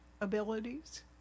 abilities